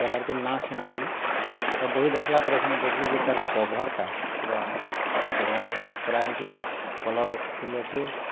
ପହେଲାରୁ ତ ନାଁ ଶୁନିଥିଲିଁ ତ ବହି ଦେଖ୍ଲା ପରେ ସ ଦେଖିଲିଁ ଯେ ତାର୍ କଭର୍ଟା ପୁରା ବଢ଼ିଆ କରାହେଇଚେ କଲର୍ଫୁଲ୍ ଅଛେ